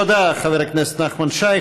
תודה, חבר הכנסת נחמן שי.